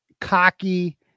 cocky